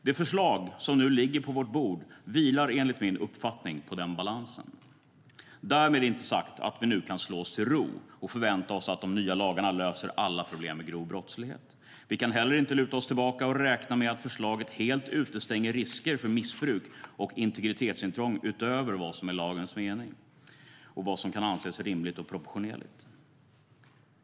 Det förslag som nu ligger på vårt bord vilar enligt min uppfattning på den balansen. Därmed är inte sagt att vi nu kan slå oss till ro och förvänta oss att de nya lagarna löser alla problem med grov brottslighet. Vi kan heller inte luta oss tillbaka och räkna med att förslaget helt utestänger risker för missbruk och integritetsintrång utöver vad som är lagens mening och vad som kan anses rimligt och proportionerligt.